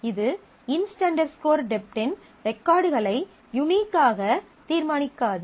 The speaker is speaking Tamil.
இது இன்ஸ்ட் டெப்ட் inst dept இன் ரெகார்ட்களை யூனிக்காக தீர்மானிக்காது